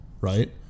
right